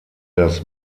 das